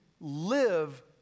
live